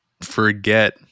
forget